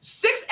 six